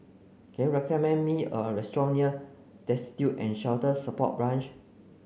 can you recommend me a restaurant near Destitute and Shelter Support Branch